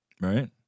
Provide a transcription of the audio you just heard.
Right